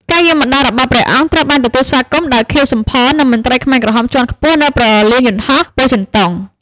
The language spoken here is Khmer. ការយាងមកដល់របស់ព្រះអង្គ ត្រូវបានទទួលស្វាគមន៍ដោយ ខៀវ សំផន និងមន្ត្រីខ្មែរក្រហមជាន់ខ្ពស់នៅព្រលានយន្តហោះពោធិ៍ចិនតុង។